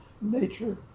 nature